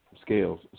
scales